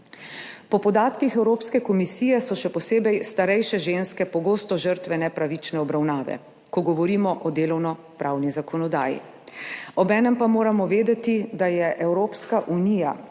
Po podatkih Evropske komisije so še posebej starejše ženske pogosto žrtve nepravične obravnave, ko govorimo o delovnopravni zakonodaji. Obenem pa moramo vedeti, da je Evropska unija